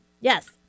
Yes